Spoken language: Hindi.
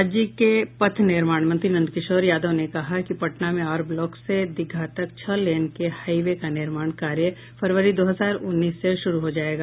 राज्य के पथ निर्माण मंत्री नंदकिशोर यादव ने कहा कि पटना में आर ब्लॉग से दीघा तक छह लेन के हाई वे का निर्माण कार्य फरवरी दो हजार उन्नीस से शुरू हो जायेगा